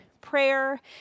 prayer